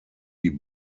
die